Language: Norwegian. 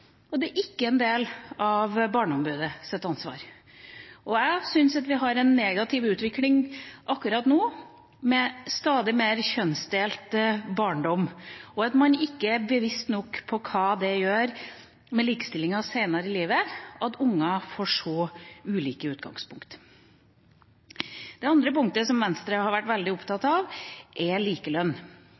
Jeg syns at vi har en negativ utvikling akkurat nå med stadig mer kjønnsdelt barndom, og at man ikke er bevisst nok på hva det gjør med likestillingen senere i livet at unger får så ulike utgangspunkt. Det andre punktet Venstre har vært veldig opptatt av, er likelønn.